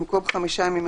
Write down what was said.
במקום: "5 ימים",